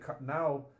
Now